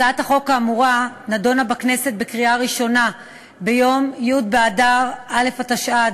הצעת החוק האמורה נדונה בכנסת בקריאה ראשונה ביום י' באדר א' התשע"ד,